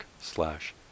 slash